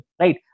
right